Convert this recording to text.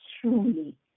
truly